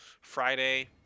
friday